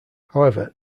however